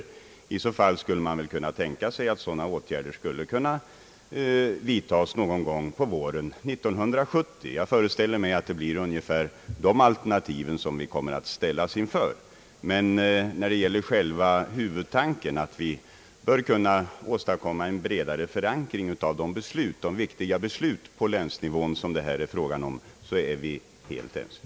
I så fall skulle man kunna tänka sig att sådana åtgärder kunde vidtas någon gång på våren 1970. Jag föreställer mig att det blir ungefär dessa alternativ som vi kommer att ställas inför. Men när det gäller själva huvudtanken, att vi bör kunna åstadkomma en bredare förankring av de viktiga beslut på länsnivån som det här är fråga om, är vi helt ense.